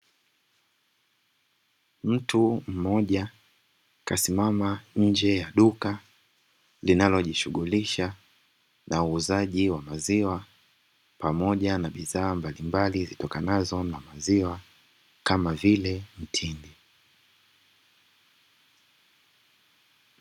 Mtu mmoja akasimama nje ya duka, linalojishughulisha na uuzaji wa maziwa, pamoja na bidhaa mbalimbali zitokanazo na maziwa, kama vile mtindi.